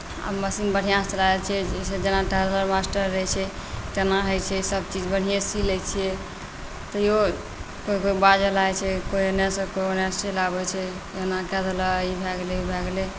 आब मशीन बढ़ीआँसँ चला लैत छियै जेना टेलर मास्टर रहैत छै तेना होइत छै सभचीज बढ़िएँ सी लैत छियै तैओ कोइ कोइ बाजय लागैत छै कोइ एन्नेसे कोइ ओन्नेसे चलि आबैत छै एना कए देलक ई भए गेलै ओ भए गेलै